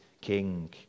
king